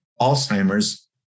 Alzheimer's